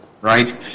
right